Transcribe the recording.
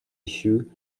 issue